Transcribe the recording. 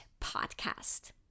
podcast